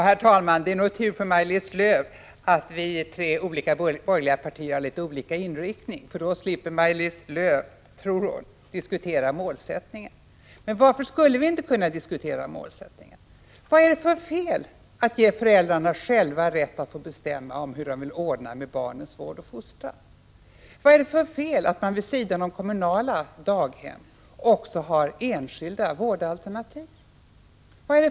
Herr talman! Det är nog tur för Maj-Lis Lööw att de tre borgerliga partierna har litet olika inriktning i fråga om familjepolitiken, för då slipper hon, tror hon, att diskutera målsättningen. Men varför skulle vi inte kunna diskutera målsättningen? Vad är det för fel i att ge föräldrarna rätt att själva få bestämma hur de vill ordna sina barns vård och fostran? Vad är det för fel i att vid sidan av kommunala daghem också ha enskilda vårdalternativ?